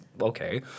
okay